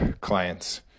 clients